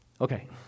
Okay